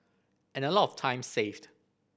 and a lot of time saved